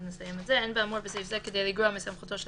אז נסיים את זה: "אין באמור בסעיף זה כדי לגרוע מסמכותו של